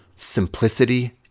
Simplicity